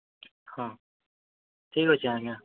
ହଁ ଠିକ୍ ଅଛେ ଆଜ୍ଞା